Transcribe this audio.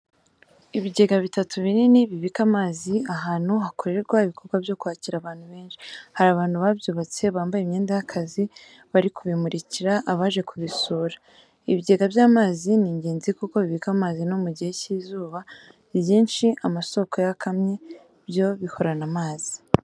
Ibigega bitatu binini bibika amazi ahantu hakorerwa ibikorwa byo kwakira abantu benshi, hari abantu babyubatse bambaye imyenda y'akazi, bari kubimurikira abaje kubisura. Ibigega by'amazi ni ingenzi kuko bibika amazi no mugihe cy'izuba ryinshi amasoko yakamye byo bihorana amazi.